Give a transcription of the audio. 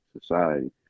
society